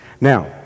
Now